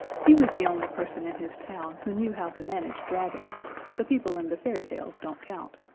he was the only person in his town who knew how to manage dragons the people in the fairy tales don't count.